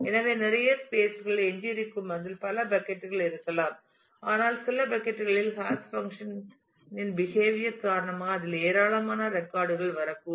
எனவே நிறைய ஸ்பேஸ் கள் எஞ்சியிருக்கும் அதில் பல பக்கட் கள் இருக்கலாம் ஆனால் சில பக்கட் களில் ஹாஷ் பங்க்ஷன் இன் பிஹேவியர் காரணமாக அதில் ஏராளமான ரெக்கார்ட் கள் வரக்கூடும்